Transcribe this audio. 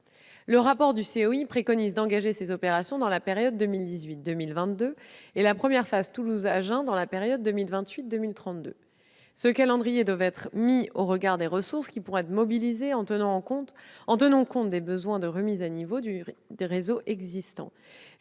son rapport, le COI préconise d'engager ces opérations dans la période 2018-2022 et la première phase Toulouse-Agen dans la période 2028-2032. Ce calendrier devrait être mis en regard avec des ressources qui pourraient être mobilisées en tenant compte des besoins de remise à niveau des réseaux existants.